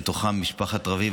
ובתוכם משפחת רביב,